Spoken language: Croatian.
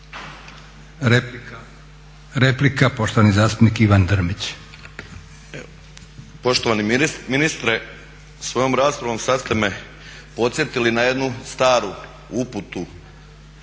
Replika poštovani zastupnik Ivan Drmić.